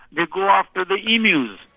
they go after the emus.